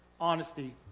honesty